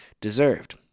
deserved